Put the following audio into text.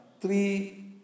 three